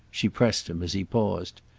she pressed him as he paused.